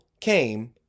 came